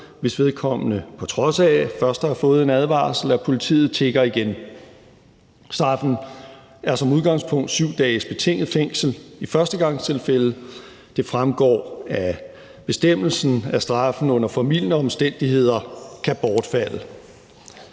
hvis vedkommende på trods af først at have fået en advarsel af politiet tigger igen. Straffen er som udgangspunkt 7 dages betinget fængsel i førstegangstilfælde. Det fremgår af bestemmelsen, at straffen under formildende omstændigheder kan bortfalde.